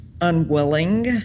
unwilling